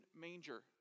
manger